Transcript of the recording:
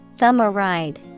Thumb-a-ride